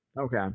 okay